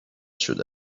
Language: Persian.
شده